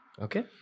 Okay